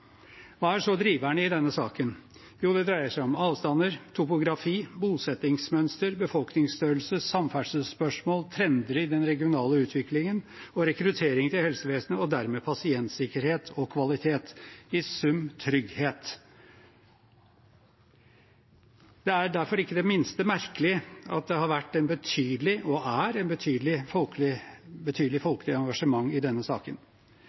Hva er så driveren i denne saken? Jo, det dreier seg om avstander, topografi, bosettingsmønster, befolkningsstørrelse, samferdselsspørsmål, trender i den regionale utviklingen, rekruttering til helsevesenet og dermed pasientsikkerhet og kvalitet – i sum trygghet. Det er derfor ikke det minste merkelig at det har vært – og er – et betydelig folkelig engasjement i denne saken.